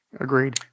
Agreed